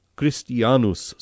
Christianus